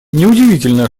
неудивительно